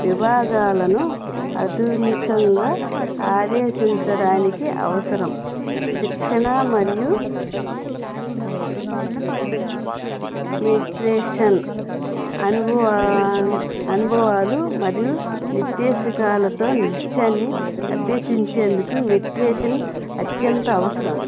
విభాగాలను అధునికంగా ఆదేశించడానికి అవసరం శిక్షణ మరియు మెట్రిషన్ అనుభవ అనుభవాలు మరియు నిర్దేశకాలతో నృత్యాన్ని అభ్యసించేందుకు మెట్రేషన్ అత్యంత అవసరం